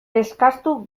eskastu